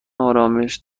آرامش